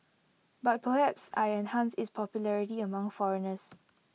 but perhaps I enhanced its popularity among foreigners